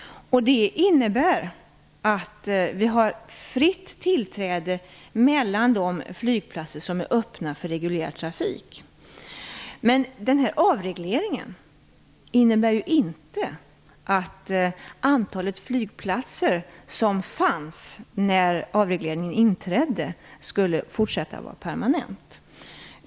Det innebär att vi har fritt tillträde till de flygplatser som är öppna för reguljär trafik. Men den här avregleringen innebär inte att det antal flygplatser som fanns när avregleringen inträdde skall vara permanent.